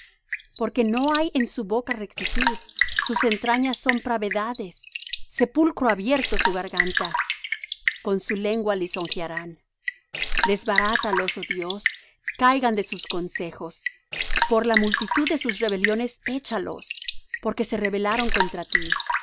porque no hay en su boca rectitud sus entrañas son pravedades sepulcro abierto su garganta con su lengua lisonjearán desbarátalos oh dios caigan de sus consejos por la multitud de sus rebeliones échalos porque se rebelaron contra ti